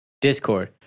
Discord